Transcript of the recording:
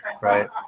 right